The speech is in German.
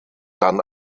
dann